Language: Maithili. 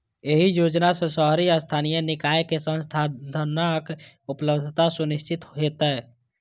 एहि योजना सं शहरी स्थानीय निकाय कें संसाधनक उपलब्धता सुनिश्चित हेतै